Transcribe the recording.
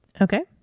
Okay